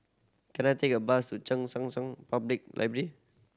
can I take a bus to Cheng San San Public Library